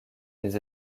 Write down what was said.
des